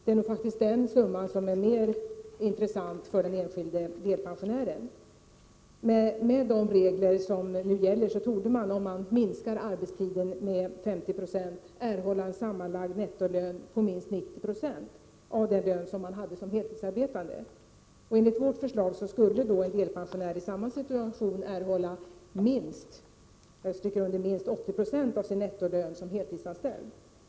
Det är nog den summan som är mest intressant för den enskilde delpensionären. Med de regler som nu gäller torde den som minskar arbetstiden med 50 96 erhålla en sammanlagd nettoersättning på minst 90 96 av den lön vederbörande hade som heltidsarbetande. Enligt vårt förslag skulle delpensionärer i samma situation erhålla minst — jag understryker det — 80 26 av sin lön som heltidsanställd.